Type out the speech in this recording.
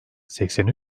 seksen